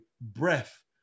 breath